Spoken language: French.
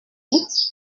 vous